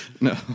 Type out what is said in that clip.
No